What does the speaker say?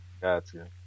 Gotcha